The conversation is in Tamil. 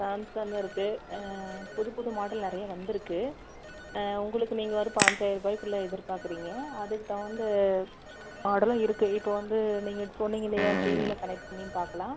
சாம்சங் இருக்குது புது புது மாடல் நிறைய வந்துருக்குது உங்களுக்கு நீங்கள் ஒரு பைஞ்சாயி ரூபாக்குள்ளே எதிர்பார்க்குறீங்க அதுக்கு தகுந்த மாடலும் இருக்குது இப்போ வந்து நீங்கள் சொன்னிங்க இல்லையா டிவியில் கனெக்ட் பண்ணி பார்க்கலாம்